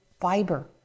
fiber